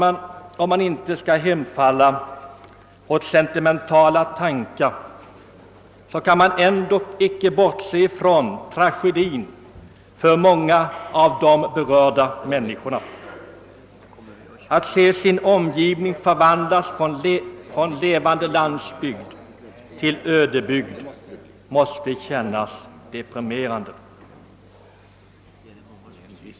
Även om man inte skall hemfalla åt sentimentala tankar kan man inte bortse ifrån den tragedi denna avfolkning innebär för många av de berörda människorna. Att se sin omgivning förvandlas från levande landsbygd till ödebygd måste kännas deprimerande.